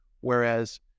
whereas